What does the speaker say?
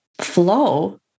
flow